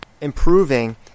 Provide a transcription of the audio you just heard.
improving